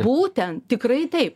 būtent tikrai tai